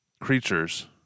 creatures